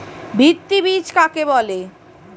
ভিত্তি বীজ কাকে বলে?